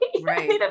Right